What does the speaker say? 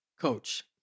coach